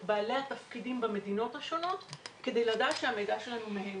את בעלי התפקידים במדינות השונות כדי לדעת שהמידע שלנו מהימן.